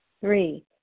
Three